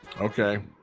Okay